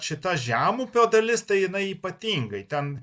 šita žemupio dalis tai jinai ypatingai ten